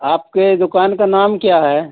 आपके दुकान का नाम क्या है